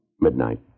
Midnight